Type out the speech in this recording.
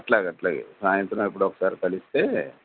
అలాగే అలాగే సాయంత్రం ఎప్పుడో ఒకసారి కలిస్తే